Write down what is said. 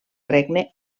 regne